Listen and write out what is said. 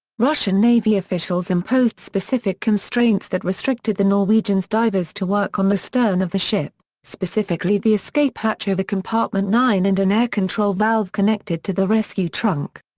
russian navy officials imposed specific constraints that restricted the norwegians divers to work on the stern of the ship, specifically the escape hatch over compartment nine and an air control valve connected to the rescue trunk.